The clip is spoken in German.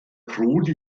prodi